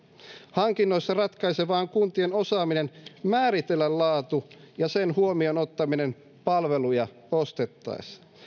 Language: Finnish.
hankinnoissa ratkaisevaa on kuntien osaaminen määritellä laatu ja sen huomioon ottaminen palveluja ostettaessa